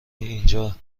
اینجا